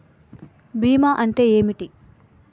బీమా అంటే ఏమిటి?